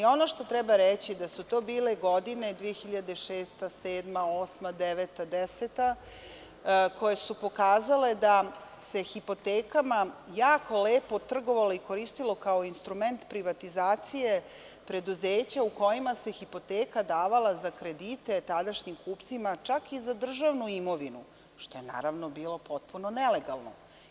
Ali, ono što treba reći je da su to bile godine 2006, 2007, 2008, 2009. i 2010, koje su pokazale da se hipotekama jako lepo trgovalo i koristilo kao instrument privatizacije preduzeća u kojima se hipoteka davala za kredite tadašnjim kupcima, čak i za državnu imovinu, što je, naravno, bilo potpuno nelegalno.